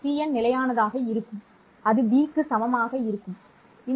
cn நிலையானதாக இருக்கும் அது b க்கு சமமாக இருக்கும் சரி